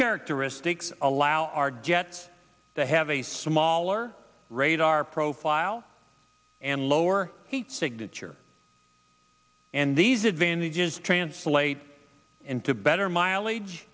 characteristic allow our jets to have a smaller radar profile and lower heat signature and these advantages translate into better mileage